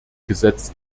gesetz